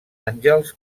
àngels